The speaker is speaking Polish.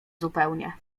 zupełnie